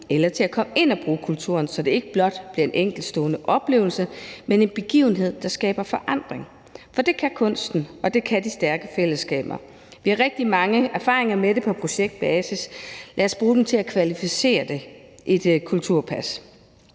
eller til at komme ind og bruge kulturen, så det ikke blot bliver en enkeltstående oplevelse, men en begivenhed, der skaber forandring. For det kan kunsten, og det kan de stærke fællesskaber. Vi har rigtig mange erfaringer med det på projektbasis; lad os bruge dem til at kvalificere det med det kulturpas.